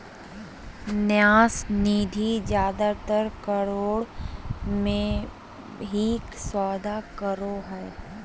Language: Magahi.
न्यास निधि जादेतर करोड़ मे ही सौदा करो हय